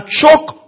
choke